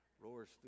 roars